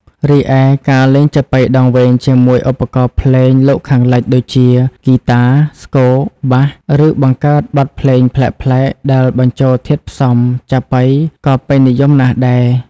រីឯ ការលេងចាប៉ីដងវែងជាមួយឧបករណ៍ភ្លេងលោកខាងលិច ដូចជា ហ្គីតា ស្គរ បាស ឬបង្កើតបទភ្លេងប្លែកៗដែលបញ្ចូលធាតុផ្សំចាប៉ីក៏ពេញនិយមណាស់ដែរ។